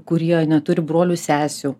kurie neturi brolių sesių